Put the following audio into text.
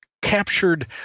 captured